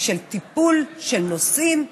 של טיפול, של נושאים,